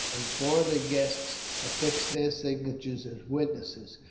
and four the guests affixed their signatures as witnesses.